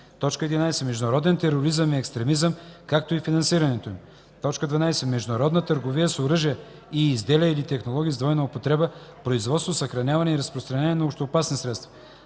11. международен тероризъм и екстремизъм, както и финансирането им; 12. международна търговия с оръжия и изделия или технологии с двойна употреба, производство, съхраняване и разпространение на общоопасни средства;